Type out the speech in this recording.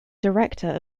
director